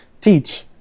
teach